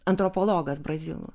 antropologas brazilų